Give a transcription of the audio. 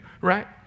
right